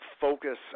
focus